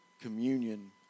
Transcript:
communion